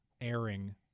airing